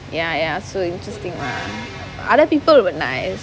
ya ya so interesting ah but other people were nice